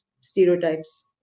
stereotypes